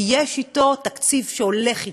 כי יש אתו תקציב שהולך אתו.